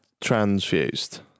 transfused